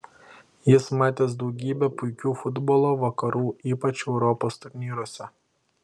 jis matęs daugybę puikių futbolo vakarų ypač europos turnyruose